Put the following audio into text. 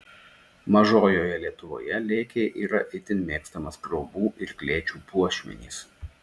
mažojoje lietuvoje lėkiai yra itin mėgstamas trobų ir klėčių puošmenys